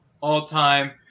all-time